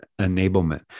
enablement